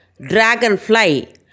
dragonfly